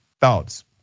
Thoughts